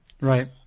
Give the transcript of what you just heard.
Right